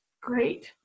great